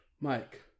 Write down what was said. Mike